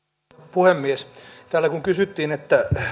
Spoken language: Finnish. puhemies täällä kun kysyttiin